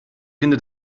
finde